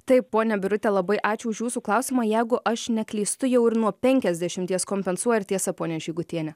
taip ponia birute labai ačiū už jūsų klausimą jeigu aš neklystu jau ir nuo penkiasdešimties kompensuoja ar tiesa pone žygutiene